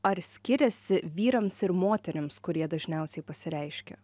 ar skiriasi vyrams ir moterims kurie dažniausiai pasireiškia